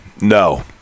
No